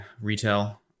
retail